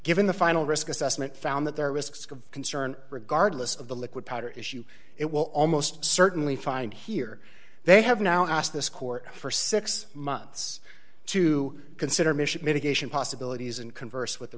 given the final risk assessment found that there are risks of concern regardless of the liquid powder issue it will almost certainly find here they have now asked this court for six months to consider mission mitigation possibilities and converse with the